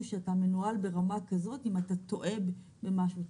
שמנוהל ברמה כזאת אם אתה טועה במשהו.